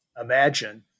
imagine